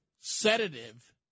sedative